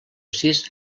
sis